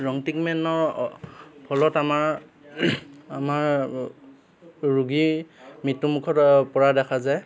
ৰং ট্ৰিটমেন্টৰ ফলত আমাৰ আমাৰ ৰোগী মৃত্যুমুখত পৰা দেখা যায়